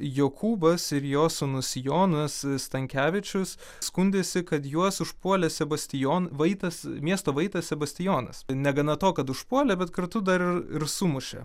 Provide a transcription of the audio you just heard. jokūbas ir jo sūnus jonas stankevičius skundėsi kad juos užpuolė sebastijon vaitas miesto vaitas sebastijonas negana to kad užpuolė bet kartu dar ir ir sumušė